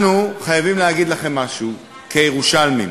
אנחנו חייבים להגיד לכם משהו, כירושלמים: